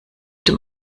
dem